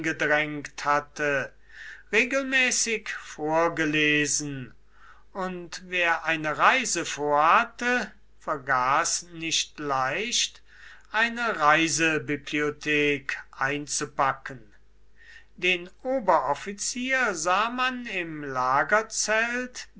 hatte regelmäßig vorgelesen und wer eine reise vorhatte vergaß nicht leicht eine reisebibliothek einzupacken den oberoffizier sah man im